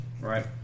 right